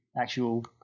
actual